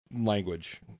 language